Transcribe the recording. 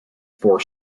for